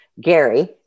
Gary